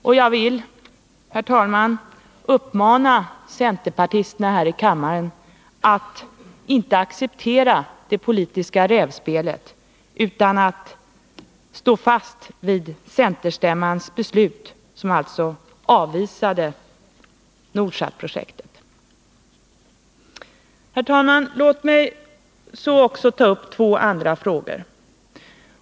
Och jag vill, herr talman, uppmana centerpartisterna här i kammaren att inte acceptera det politiska rävspelet, utan att stå fast vid centerstämmans beslut, som alltså avvisade Nordsatprojektet. Herr talman! Låt mig så också ta upp två andra frågor.